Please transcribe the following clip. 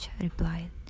replied